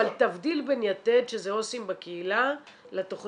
אבל תבדיל בין יתד שזה עו"סים בקהילה לתכנית